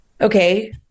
okay